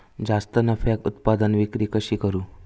जास्त नफ्याक उत्पादन विक्री कशी करू?